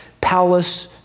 palace